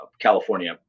California